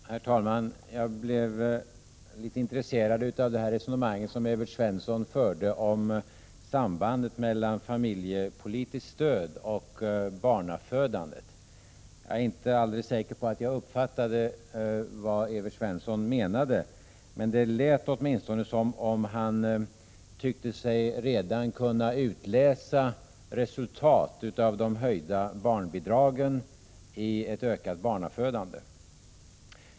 Herr talman! Jag blev litet intresserad av det resonemang som Evert Svensson förde om sambandet mellan familjepolitiskt stöd och barnafödande. Jag är inte alldeles säker på att jag uppfattade vad Evert Svensson menade. Men det lät åtminstone som om han tyckte sig redan kunna utläsa resultat av de höjda barnbidragen i ett ökat barnafödande.